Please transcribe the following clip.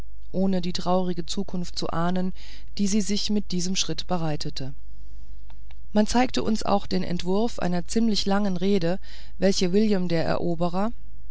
ohne die traurige zukunft zu ahnen die sie sich mit diesem schritt bereitete man zeigte uns auch den entwurf einer ziemlich langen rede welche wilhelm der eroberer